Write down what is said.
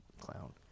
clown